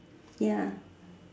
ya